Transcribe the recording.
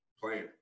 plan